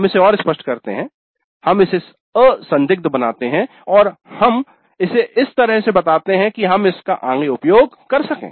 हम इसे और स्पष्ट करते हैं हम इसे असंदिग्ध बनाते हैं और हम इसे इस तरह से बताते हैं कि हम इसका आगे उपयोग कर सकें